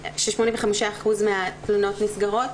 ש-85% מהתלונות נסגרות,